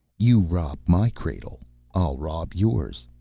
you rob my cradle i'll rob yours.